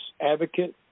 advocate